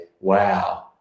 wow